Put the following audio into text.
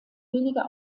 weniger